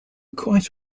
quite